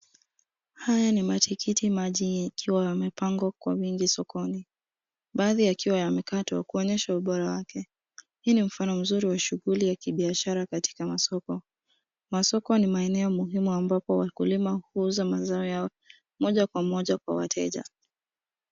Haya ni matikiti maji yakiwa yamepangwa kwa wingi sokoni. Baadhi yakiwa yamekatwa kuonyesha ubora wake. Hii ni mfano mzuri wa shughui ya kibiashara katika masoko. Masoko ni maeneo muhimu ambapo wakulima huuza mazao yao moja kwa moja hadi kwa wateja.